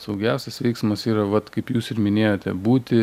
saugiausias veiksmas yra vat kaip jūs ir minėjote būti